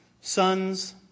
sons